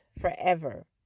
forever